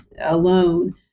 alone